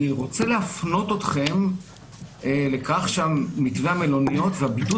אני רוצה להפנות אתכם לכך שמתווה המלוניות והבידוד